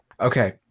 okay